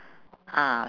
ah